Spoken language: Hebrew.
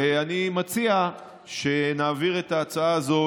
ואני מציע שנעביר את ההצעה הזאת,